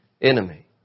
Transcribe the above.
enemy